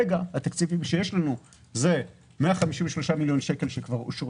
כרגע התקציבים שיש לנו הם 153 מיליון שקל שכבר אושרו